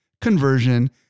conversion